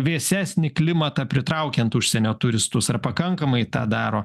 vėsesnį klimatą pritraukiant užsienio turistus ar pakankamai tą daro